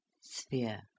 sphere